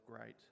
great